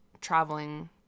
traveling